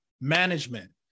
Management